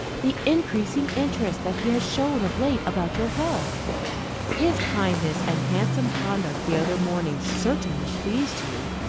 the increasing interest, that he has shown of late about your health his kindness and handsome conduct the other morning certainly pleased you,